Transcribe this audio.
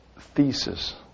thesis